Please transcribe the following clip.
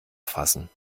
fassen